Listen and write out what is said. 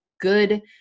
good